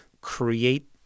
create